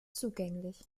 zugänglich